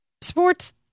sports